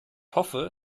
hoffe